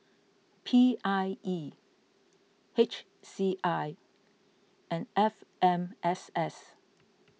P I E H C I and F M S S